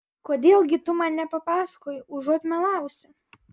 kodėl gi tu man nepapasakoji užuot melavusi